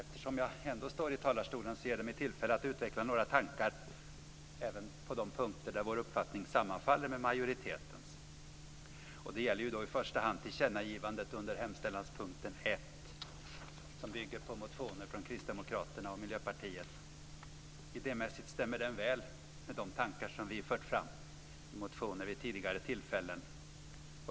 Eftersom jag ändå står i talarstolen ger det mig tillfälle att utveckla några tankar även på de punkter där vår uppfattning sammanfaller med majoritetens. Det gäller då i första hand tillkännagivandet under hemställanspunkten 1, som bygger på motioner från Kristdemokraterna och Miljöpartiet. Idémässigt stämmer den punkten väl med de tankar som vi har fört fram i motioner vid tidigare tillfällen.